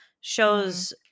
shows